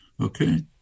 Okay